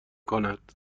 کند